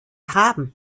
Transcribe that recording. haben